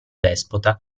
despota